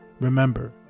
remember